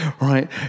right